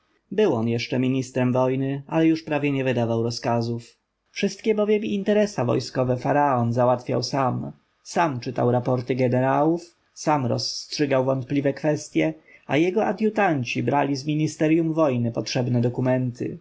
on jeszcze ministrem wojny ale już prawie nie wydawał rozkazów wszystkie bowiem interesa wojskowe faraon załatwiał sam sam czytał raporta jenerałów sam rozstrzygał wątpliwe kwestje a jego adjutanci brali z ministerjum wojny potrzebne dokumenta